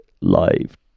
live